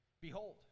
behold